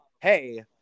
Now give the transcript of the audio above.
hey